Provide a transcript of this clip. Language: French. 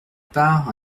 part